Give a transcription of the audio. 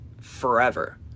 forever